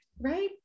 Right